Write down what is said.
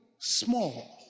small